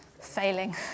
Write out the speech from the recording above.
failing